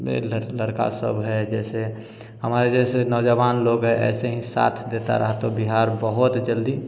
में लड़का सब हैं जैसे हमारे जैसे नौजवान लोग हैं ऐसे ही साथ देता रहा तो बिहार बहुत जल्दी